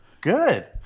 good